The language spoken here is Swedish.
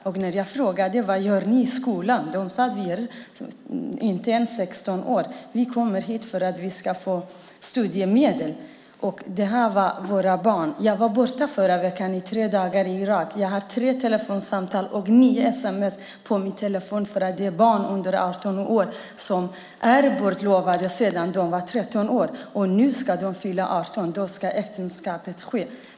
Jag frågade: Vad gör ni i skolan? De svarade: Vi kommer hit för att vi ska få studiemedel. Detta är våra barn. Jag var borta förra veckan i tre dagar i Irak. Jag hade tre telefonsamtal och nio sms på min telefon. Det är barn under 18 år som är bortlovade sedan de var 13 år. Nu ska de fylla 18 år, och då ska äktenskapet ske.